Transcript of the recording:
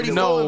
no